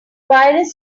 virus